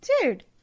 Dude